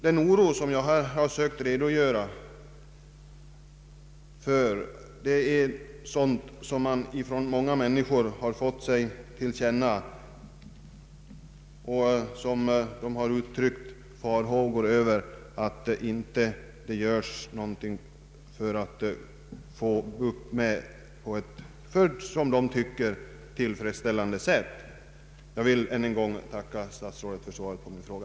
Den oro, som jag här sökt redogöra för, har många människor givit till känna för mig. Man har uttryckt farhågor över att det inte görs någonting för att få bukt med svårigheterna på ett fullt tillfredsställande sätt. Jag ber än en gång att få tacka statsrådet för svaret på min fråga.